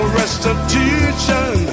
restitution